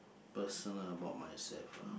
personal about myself